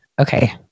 Okay